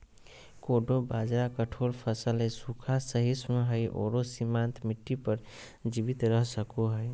कोडो बाजरा कठोर फसल हइ, सूखा, सहिष्णु हइ आरो सीमांत मिट्टी पर जीवित रह सको हइ